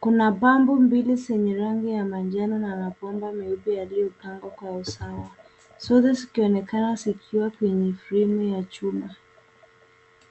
Kuna pampu mbili zenye rangi ya manjano na mabomba meupe yaliyopangwa usawa, zote zikionekana zikiwa kwenye fremu ya chuma.